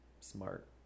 smart